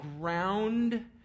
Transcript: ground